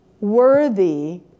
worthy